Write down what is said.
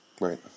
Right